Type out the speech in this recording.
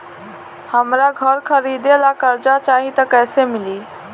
हमरा घर खरीदे ला कर्जा चाही त कैसे मिली?